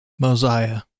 Mosiah